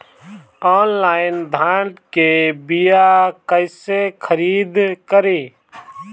Online धान के बीया कइसे खरीद करी?